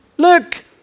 Look